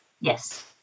Yes